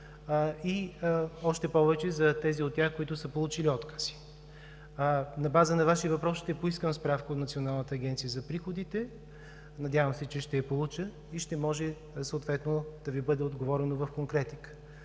си, още повече за тези от тях, които са получили отказ. На база на Вашия въпрос, ще поискам справка от Националната агенция за приходите, надявам се, че ще я получа и ще може съответно да Ви бъде отговорено в конкретика.